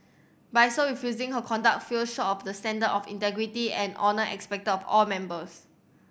by so refusing her conduct feel short of the standard of integrity and honour expected of all members